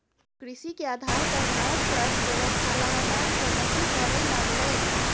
कृषि के आधार पर भारत के अर्थव्यवस्था लगातार प्रगति करइ लागलइ